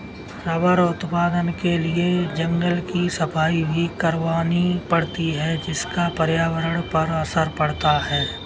rubber उत्पादन के लिए जंगल की सफाई भी करवानी पड़ती है जिसका पर्यावरण पर असर पड़ता है